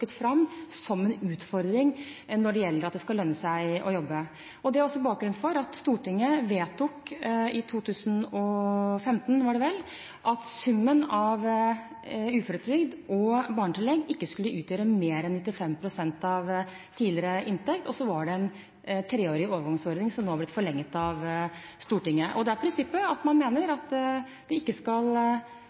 fram som en utfordring når det gjelder at det skal lønne seg å jobbe. Det er også bakgrunnen for at Stortinget vedtok, i 2015, var det vel, at summen av uføretrygd og barnetillegg ikke skulle utgjøre mer enn 95 pst. av tidligere inntekt, og så var det en treårig overgangsordning, som nå har blitt forlenget av Stortinget. Det er prinsippet at man mener at man ikke skal